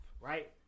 right